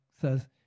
says